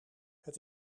het